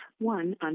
one